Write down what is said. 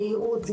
נראות,